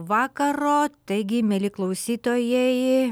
vakaro taigi mieli klausytojai